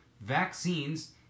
vaccines